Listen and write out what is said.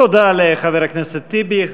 תודה לחבר הכנסת טיבי.